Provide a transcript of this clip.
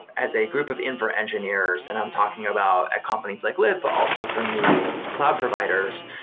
as a group of infra engineers, and i'm talking about companies like lyft, but also from the cloud providers,